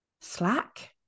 slack